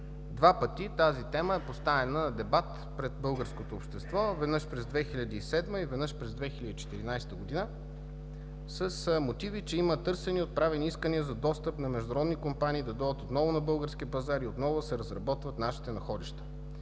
два пъти тази тема е поставяна на дебат пред българското общество – веднъж през 2007 г., и веднъж през 2014 г. с мотиви, че има търсене и отправени искания на международни компании за достъп, да дойдат отново на българския пазар и отново да се разработват нашите находища.